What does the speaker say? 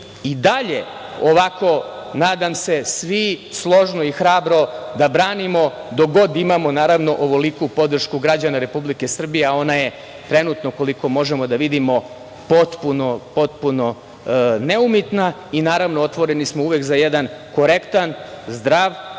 i dalje ovako, nadam se, svi složno i hrabro da branimo, dok god imamo ovoliku podršku građana Republike Srbije, a ona je trenutno, koliko možemo da vidimo, potpuno, potpuno neumitna i naravno otvoreni smo uvek za jedan korektan, zdrav